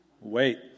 Wait